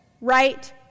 right